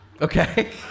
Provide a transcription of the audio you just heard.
Okay